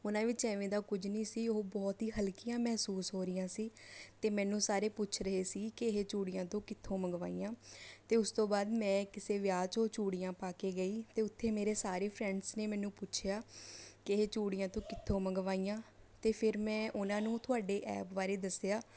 ਉਹਨਾਂ ਵਿੱਚ ਐਵੇਂ ਦਾ ਕੁਝ ਨਹੀਂ ਸੀ ਉਹ ਬਹੁਤ ਹੀ ਹਲਕੀਆਂ ਮਹਿਸੂਸ ਹੋ ਰਹੀਆ ਸੀ ਅਤੇ ਮੈਨੂੰ ਸਾਰੇ ਪੁੱਛ ਰਹੇ ਸੀ ਕਿ ਇਹ ਚੂੜੀਆਂ ਤੂੰ ਕਿੱਥੋਂ ਮੰਗਵਾਈਆਂ ਅਤੇ ਉਸ ਤੋਂ ਬਾਅਦ ਮੈਂ ਕਿਸੇ ਵਿਆਹ 'ਚ ਉਹ ਚੂੜੀਆਂ ਪਾ ਕੇ ਗਈ ਅਤੇ ਉੱਥੇ ਮੇਰੇ ਸਾਰੇ ਫ਼ਰੈਂਡਸ ਨੇ ਮੈਨੂੰ ਪੁੱਛਿਆ ਕਿ ਇਹ ਚੂੜੀਆਂ ਤੂੰ ਕਿੱਥੋਂ ਮੰਗਵਾਈਆਂ ਅਤੇ ਫਿਰ ਮੈਂ ਉਹਨਾਂ ਨੂੰ ਤੁਹਾਡੇ ਐਪ ਬਾਰੇ ਦੱਸਿਆ